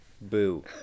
Boo